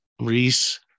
Reese